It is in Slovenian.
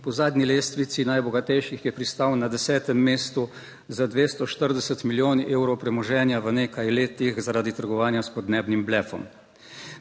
po zadnji lestvici najbogatejših je pristal na desetem mestu z 240 milijonov evrov premoženja v nekaj letih zaradi trgovanja s podnebnim blefom.